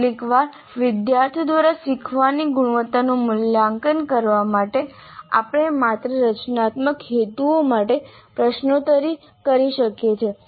કેટલીકવાર વિદ્યાર્થીઓ દ્વારા શીખવાની ગુણવત્તાનું મૂલ્યાંકન કરવા માટે આપણે માત્ર રચનાત્મક નિદાન હેતુઓ માટે પ્રશ્નોત્તરી કરી શકીએ છીએ